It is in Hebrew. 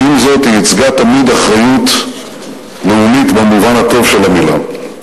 ועם זאת היא ייצגה תמיד אחריות לאומית במובן הטוב של המלה.